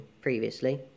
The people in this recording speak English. previously